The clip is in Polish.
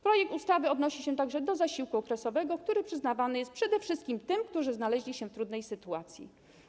Projekt ustawy odnosi się także do zasiłku okresowego, który przyznawany jest przede wszystkim tym, którzy znaleźli się w trudnej sytuacji.